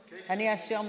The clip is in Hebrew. אני אאשר מכאן.